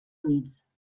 units